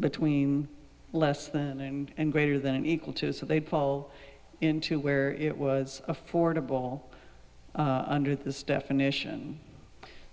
between less than and greater than equal to so they'd fall into where it was affordable under this definition